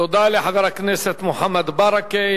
תודה לחבר הכנסת מוחמד ברכה.